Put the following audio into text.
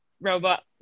robot